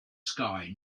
sky